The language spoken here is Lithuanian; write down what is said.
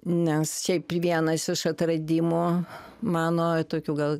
nes šiaip vienas iš atradimų mano tokių gal